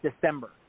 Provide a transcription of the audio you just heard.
December